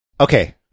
okay